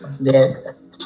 Yes